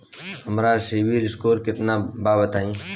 हमार सीबील स्कोर केतना बा बताईं?